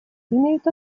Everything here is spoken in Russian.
имеют